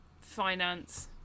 finance